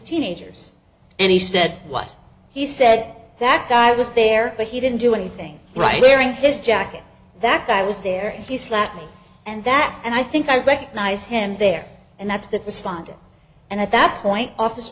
teenagers and he said what he said that guy was there but he didn't do anything right wearing his jacket that i was there and he slapped me and that and i think i recognized him there and that's the responding and at that point office